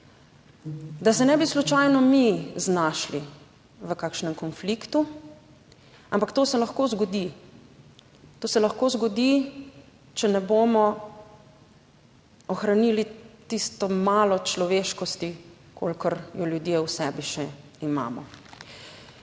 da se ne bi slučajno mi znašli v kakšnem konfliktu. Ampak to se lahko zgodi, to se lahko zgodi, če ne bomo ohranili tisto malo človeškosti, kolikor jo ljudje v sebi še imamo.